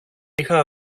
είχα